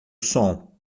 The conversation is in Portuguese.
som